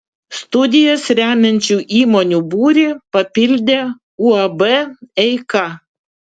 studijas remiančių įmonių būrį papildė uab eika